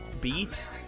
beat